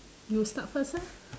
you start first ah